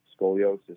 scoliosis